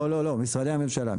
לא, לא, משרדי הממשלה.